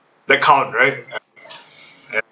the card right